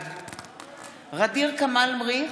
בעד ע'דיר כמאל מריח,